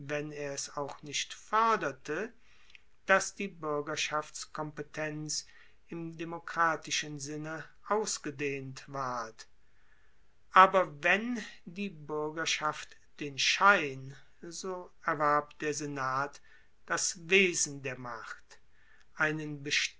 wenn er es auch nicht foerderte dass die buergerschaftskompetenz im demokratischen sinne ausgedehnt ward aber wenn die buergerschaft den schein so erwarb der senat das wesen der macht einen